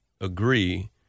agree